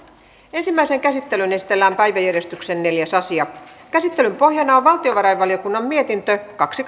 ensimmäiseen käsittelyyn esitellään päiväjärjestyksen neljäs asia käsittelyn pohjana on valtiovarainvaliokunnan mietintö kaksi